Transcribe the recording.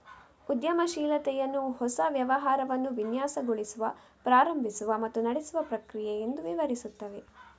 ಉದ್ಯಮಶೀಲತೆಯನ್ನು ಹೊಸ ವ್ಯವಹಾರವನ್ನು ವಿನ್ಯಾಸಗೊಳಿಸುವ, ಪ್ರಾರಂಭಿಸುವ ಮತ್ತು ನಡೆಸುವ ಪ್ರಕ್ರಿಯೆ ಎಂದು ವಿವರಿಸುತ್ತವೆ